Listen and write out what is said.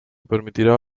permitirá